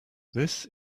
this